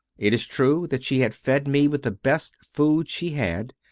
it is true that she had fed me with the best food she had,